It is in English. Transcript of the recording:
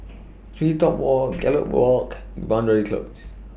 TreeTop Walk Gallop Walk and Boundary Close